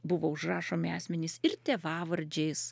buvo užrašomi asmenys ir tėvavardžiais